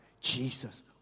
Jesus